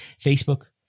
Facebook